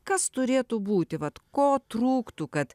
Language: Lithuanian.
kas turėtų būti vat ko trūktų kad